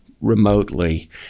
remotely